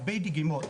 הרבה דגימות.